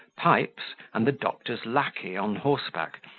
pipes, and the doctor's lacquey on horseback,